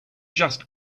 just